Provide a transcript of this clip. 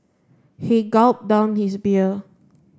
he gulped down his beer